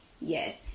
yes